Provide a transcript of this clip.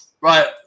Right